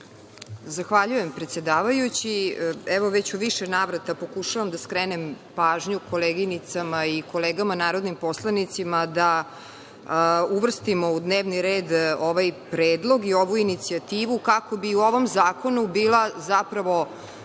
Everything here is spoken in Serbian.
Zahvaljujem predsedavajući. Evo, već u više navrata pokušavam da skrenem pažnju koleginicama i kolegama narodnim poslanicima da uvrstimo u dnevni red ovaj predlog i ovu inicijativu kako bi u ovom zakonu bila zapravo